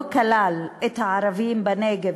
לא כולל את הערבים בנגב,